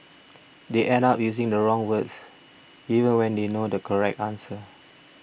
they end up using the wrong words even when they know the correct answer